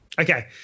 Okay